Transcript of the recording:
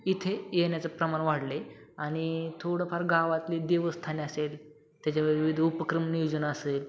इथे येण्याचं प्रमाण वाढलं आहे आणि थोडंफार गावातले देवस्थाने असेल त्याच्यावर विविध उपक्रम नियोजन असेल